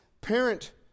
parent